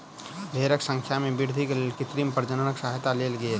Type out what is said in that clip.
भेड़क संख्या में वृद्धि के लेल कृत्रिम प्रजननक सहयता लेल गेल